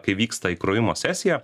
kai vyksta įkrovimo sesija